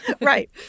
Right